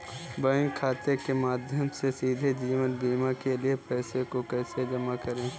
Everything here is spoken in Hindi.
बैंक खाते के माध्यम से सीधे जीवन बीमा के लिए पैसे को कैसे जमा करें?